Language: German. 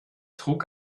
trug